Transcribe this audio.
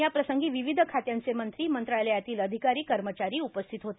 याप्रसंगी विविध खात्यांचे मंत्री मंत्रालयातील अधिकारीए कर्मचारी उपस्थित होते